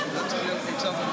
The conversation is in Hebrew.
זו תקלה שמטופלת.